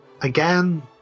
again